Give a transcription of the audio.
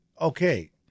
okay